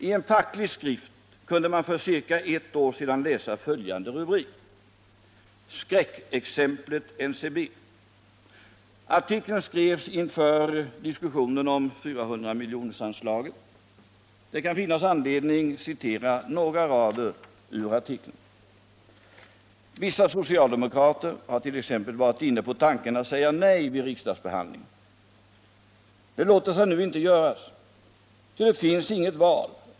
I en facklig skrift kunde man för ca ett år sedan läsa följande rubrik: Skräckexemplet NCB. Artikeln skrevs inför diskussionen om 400-miljonersanslaget. Det kan finnas anledning att citera några rader ur artikeln: ”Vissa socialdemokrater har t.ex. varit inne på tanken att säga nej vid riksdagsbehandlingen. Det låter sig nu inte göras, ty det finns inget val.